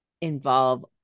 involve